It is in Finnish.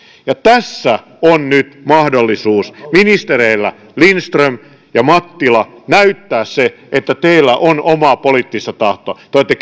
tässä on nyt mahdollisuus ministereillä lindström ja mattila näyttää se että teillä on omaa poliittista tahtoa te olette